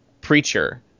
Preacher